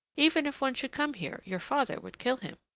even if one should come here, your father would kill him.